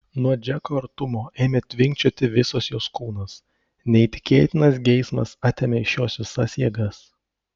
nuo džeko artumo ėmė tvinkčioti visas jos kūnas neįtikėtinas geismas atėmė iš jos visas jėgas